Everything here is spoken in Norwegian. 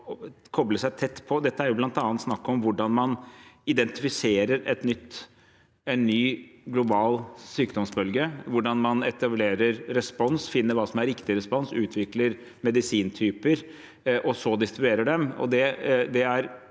tett på, er det bl.a. snakk om hvordan man identifiserer en ny global sykdomsbølge, etablerer respons, finner ut hva som er riktig respons, utvikler medisintyper og så distribuerer dem.